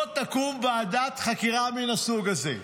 לא תקום ועדת חקירה מן הסוג הזה.